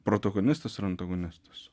protagonistas ir antagonistas